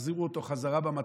החזירו אותו חזרה במטוס,